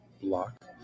block